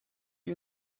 you